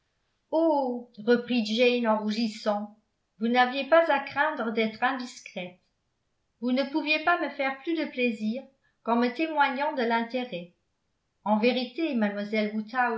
oh reprit jane en rougissant vous n'aviez pas à craindre d'être indiscrète vous ne pouviez pas me faire plus de plaisir qu'en me témoignant de l'intérêt en vérité